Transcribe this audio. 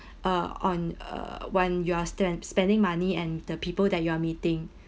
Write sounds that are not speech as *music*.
*breath* uh on uh when you are spend spending money and the people that you are meeting